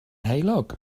heulog